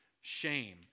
shame